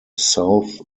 south